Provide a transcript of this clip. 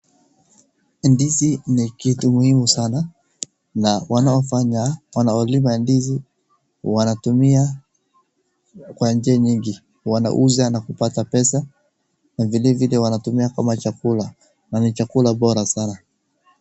Ndizi ni kitu muhimu sana. Na wanaofanya, wanaolima ndizi wanatumia kwa njia nyingi. Wanauza na kupata pesa na vile vile wanatumia kama chakula. Na ni chakula bora sana.